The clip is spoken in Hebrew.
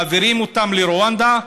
מעבירים אותם לרואנדה.